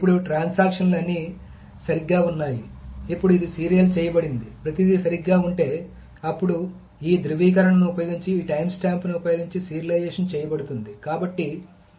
ఇప్పుడు ట్రాన్సాక్షన్ లు అన్నీ సరిగ్గా ఉన్నాయి అప్పుడు ఇది సీరియల్ చేయబడింది ప్రతిదీ సరిగ్గా ఉంటే అప్పుడు ఈ ధ్రువీకరణను ఉపయోగించి ఈ టైమ్స్టాంప్ను ఉపయోగించి సీరియలైజేషన్ చేయబడుతుంది కాబట్టి ఈ టైమ్స్టాంప్ T